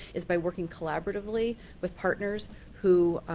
is by working collaboratively with partners who,